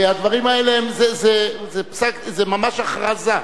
הדברים האלה זה ממש הכרזה,